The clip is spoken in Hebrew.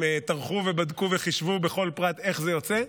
הם טרחו ובדקו וחישבו בכל פרט איך זה יוצא.